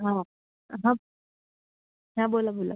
हो हां हां बोला बोला